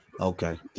Okay